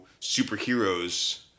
superheroes –